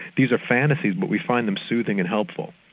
these are fantasies but we find them soothing and helpful.